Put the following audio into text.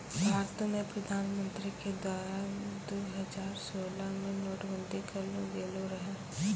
भारतो मे प्रधानमन्त्री के द्वारा दु हजार सोलह मे नोट बंदी करलो गेलो रहै